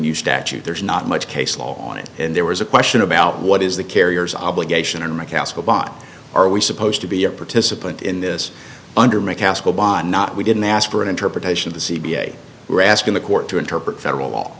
new statute there's not much case law on it and there was a question about what is the carrier's obligation and mccaskill bot are we supposed to be a participant in this under mccaskill by not we didn't ask for an interpretation of the c b a we're asking the court to interpret federal law